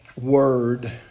word